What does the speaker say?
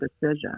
decision